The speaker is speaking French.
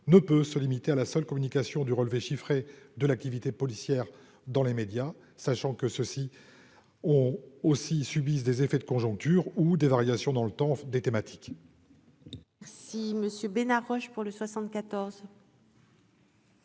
ne peut se limiter à la seule communication du relevé chiffré de l'activité policière dans les médias, sachant que ceux-ci ont aussi subissent des effets de conjoncture ou des variations dans le temps des thématiques. Si Monsieur Bénard Roche pour le